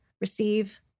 receive